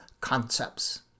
concepts